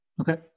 okay